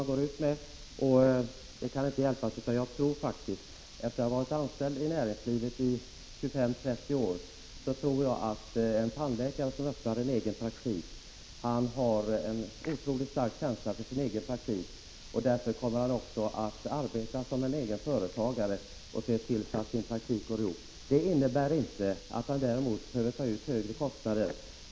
Efter att själv ha varit anställd i näringslivet i 25-30 år tror jag att en tandläkare som öppnar en egen praktik har en otroligt stark känsla för denna och att han kommer att arbeta som en egen företagare och se till att hans praktik ekonomiskt går ihop. Det innebär däremot inte att han behöver ta ut högre ersättning.